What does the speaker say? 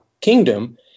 kingdom